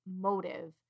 motive